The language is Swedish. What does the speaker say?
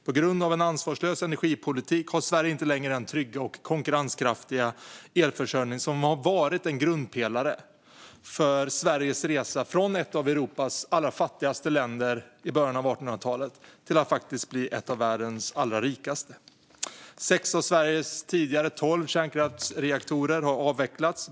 På grund av en ansvarslös energipolitik har Sverige inte längre den trygga och konkurrenskraftiga elförsörjning som har varit en grundpelare för Sveriges resa från att ha varit ett av Europas allra fattigaste länder i början av 1800-talet till att faktiskt bli ett av världens allra rikaste. Sex av Sveriges tidigare tolv kärnkraftsreaktorer har avvecklats.